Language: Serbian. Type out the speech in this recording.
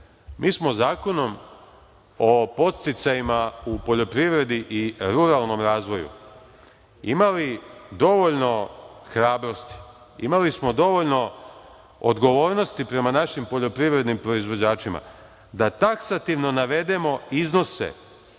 mi smo Zakonom o podsticajima u poljoprivredi i ruralnom razvoju imali dovoljno hrabrosti, imali smo dovoljno odgovornosti prema našim poljoprivrednim proizvođačima da taksativno navedemo iznose,